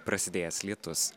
prasidėjęs lietus